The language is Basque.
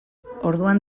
orduan